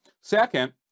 Second